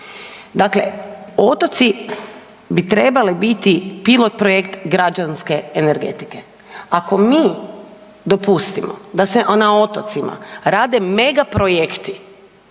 Dakle, otoci bi trebali biti pilot projekt građanske energetike. Ako mi dopustimo da se na otocima rade megaprojekti,